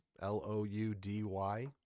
L-O-U-D-Y